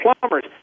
plumbers